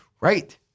right